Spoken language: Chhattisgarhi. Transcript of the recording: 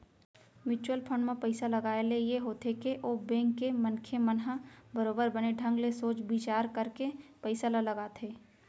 म्युचुअल फंड म पइसा लगाए ले ये होथे के ओ बेंक के मनखे मन ह बरोबर बने ढंग ले सोच बिचार करके पइसा ल लगाथे